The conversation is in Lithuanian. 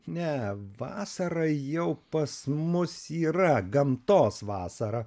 ne vasara jau pas mus yra gamtos vasara